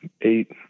eight